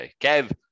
Kev